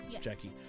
Jackie